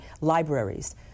libraries